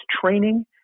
training